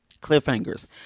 cliffhangers